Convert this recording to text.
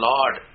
Lord